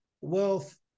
wealth